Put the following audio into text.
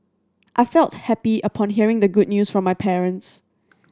I felt happy upon hearing the good news from my parents